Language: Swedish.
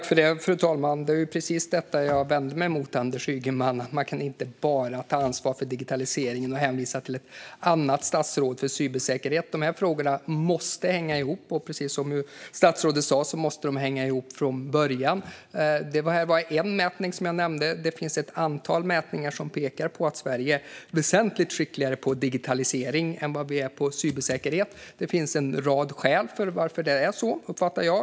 Fru talman! Jag vänder mig emot, Anders Ygeman, att man bara tar ansvar för digitaliseringen och hänvisar till ett annat statsråd i frågor om cybersäkerhet. Dessa frågor måste hänga ihop, och precis som statsrådet sa måste de hänga ihop från början. Jag nämnde en mätning. Det finns ett antal mätningar som pekar på att vi i Sverige är väsentligt skickligare på digitalisering än vad vi är på cybersäkerhet. Det finns en rad skäl till att det är så, uppfattar jag.